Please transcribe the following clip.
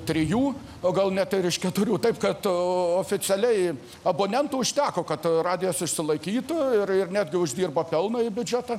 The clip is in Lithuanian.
trijų o gal net ir iš keturių taip kad oficialiai abonentų užteko kad radijas išsilaikytų ir ir netgi uždirbo pelną į biudžetą